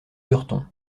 lurton